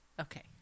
Okay